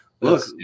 look